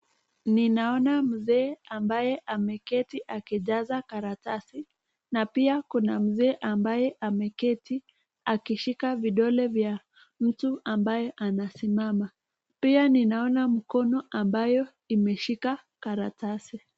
Ninaona mzee ambaye ameketi akijaza karatasi na pia kuna mzee ambaye ameketi akishika vidole vya mtu ambaye anasimama. Pia ninaona mkono ambayo imeshika karatasi.